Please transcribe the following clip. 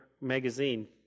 magazine